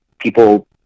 People